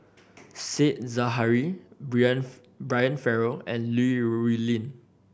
Said Zahari Brian Farrell and Li Rulin